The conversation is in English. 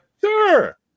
Sure